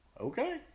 okay